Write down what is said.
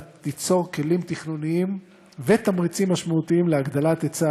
ליצור כלים תכנוניים ותמריצים משמעותיים להגדלת היצע